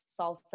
salsa